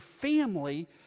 family